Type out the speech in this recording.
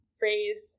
phrase